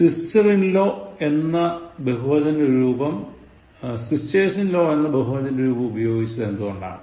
sisters in law എന്ന ബഹുവചനരൂപം ഉപയോഗിച്ചത് എന്തുകൊണ്ടാണ്